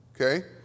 okay